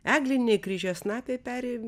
egliniai kryžiasnapiai peri